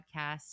podcast